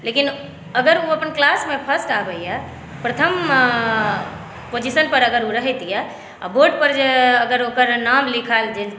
लेकिन अगर ओ अपन क्लासमे फ़र्स्ट आबै यऽ प्रथम पोजिसन पर अगर ओ रहैत यऽ आ बोर्ड पर जे अगर ओकर नाम लिखायल जे